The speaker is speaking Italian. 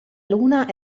luna